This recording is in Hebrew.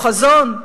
או חזון,